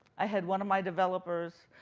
i had one of my developers